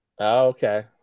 Okay